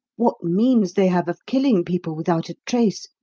what means they have of killing people without a trace.